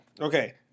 Okay